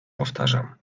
powtarzam